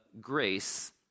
grace